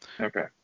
Okay